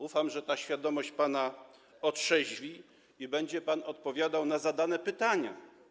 Ufam, że ta świadomość pana otrzeźwi i będzie pan odpowiadał na zadane pytania.